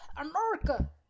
America